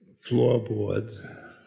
floorboards